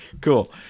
cool